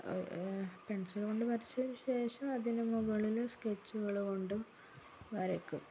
പെൻസിലോണ്ട് വരച്ച ശേഷവും അതിന് മുകളില് സ്കെച്ചുകള് കൊണ്ടും വരയ്ക്കും